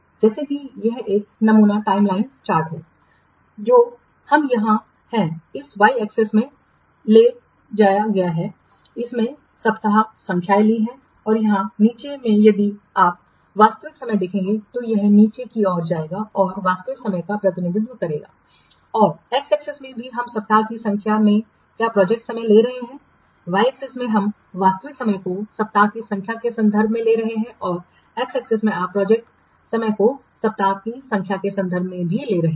देखें कि यह एक नमूना टाइमलाइन चार्ट है जो हम यहाँ हैं इस y axis में ले जाया गया है हमने सप्ताह संख्याएँ ली हैं और यहाँ नीचे में यदि आप वास्तविक समय देखेंगे तो यह नीचे की ओर जाएगा और यह वास्तविक समय का प्रतिनिधित्व करेगा और x axis में भी हम सप्ताह की संख्या में क्या प्रोजेक्ट समय ले रहे हैं y axis में हम वास्तविक समय को सप्ताह की संख्या के संदर्भ में ले रहे हैं औरx axis में आप प्रोजेक्ट समय को सप्ताह की संख्या के संदर्भ में भी ले रहे हैं